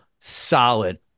solid